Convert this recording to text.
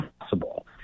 possible